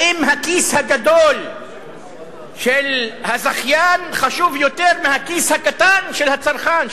האם הכיס הגדול של הזכיין חשוב יותר מהכיס הקטן של הצרכן?